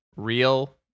Real